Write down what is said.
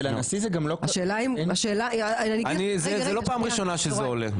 זה לא פעם ראשונה שזה עולה,